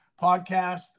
podcast